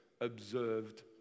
observed